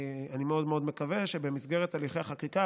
אני מאוד מאוד מקווה שבמסגרת הליכי החקיקה,